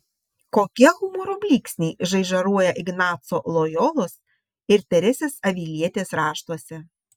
kokie humoro blyksniai žaižaruoja ignaco lojolos ir teresės avilietės raštuose